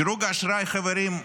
דירוג האשראי, חברים,